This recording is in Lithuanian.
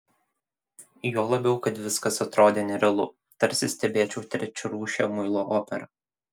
juo labiau kad viskas atrodė nerealu tarsi stebėčiau trečiarūšę muilo operą